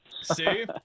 See